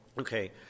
Okay